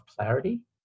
clarity